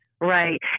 Right